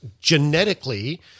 genetically